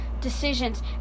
decisions